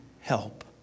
help